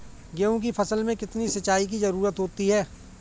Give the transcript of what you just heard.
गेहूँ की फसल में कितनी सिंचाई की जरूरत होती है?